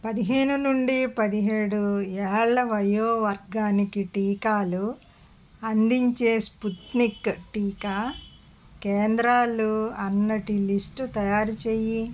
పదిహేను నుండి పదిహేడు ఏళ్ళ వయో వర్గానికి టీకాలు అందించే స్పుత్నిక్ టీకా కేంద్రాలు అన్నిటి లిస్టు తయారుచేయి